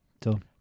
Done